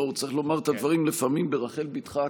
בואו, צריך לומר את הדברים לפעמים ברחל בתך הקטנה.